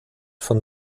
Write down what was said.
von